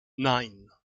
nine